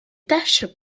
taches